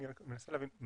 אני מנסה להבין.